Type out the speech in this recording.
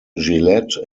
gillette